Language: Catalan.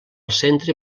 centre